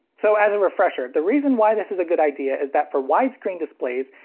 so as a refresher, the reason why this is a good idea is that for widescreen displays,